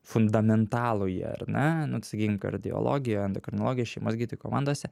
fundamentalųjį ar ne nu vat sakykim kardiologija endokrinologija šeimos gydytojų komandose